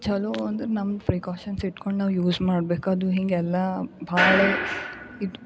ಚಲೋ ಅಂದ್ರೆ ನಮ್ಮ ಪ್ರಿಕಾಷನ್ಸ್ ಇಟ್ಟುಕೊಂಡ್ ನಾವು ಯೂಸ್ ಮಾಡಬೇಕದು ಹಿಂಗೆಲ್ಲ ಭಾಳ ಇದು